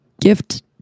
gift